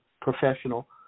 professional